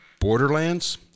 Borderlands